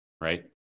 right